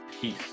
peace